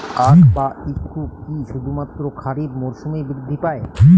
আখ বা ইক্ষু কি শুধুমাত্র খারিফ মরসুমেই বৃদ্ধি পায়?